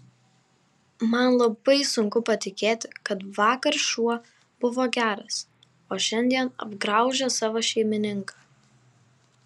man labai sunku patikėti kad vakar šuo buvo geras o šiandien apgraužė savo šeimininką